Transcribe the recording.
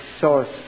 source